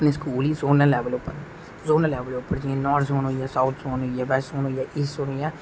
अपनी स्कूल ही जोनल लेबल उपर जोनल लेबल उप्पर जियां नार्थ जोन होई गोआ साउथ जोन होई गेआ बेस्ट जोन होई गेआ इस्ट जोन होई गेआ